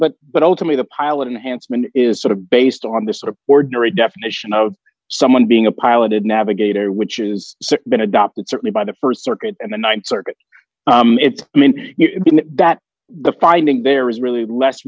but but ultimately the pilot enhanced is sort of based on the sort of ordinary definition of someone being a piloted navigator which is been adopted certainly by the st circuit and the th circuit it means that the finding there is really less